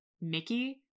Mickey